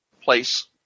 place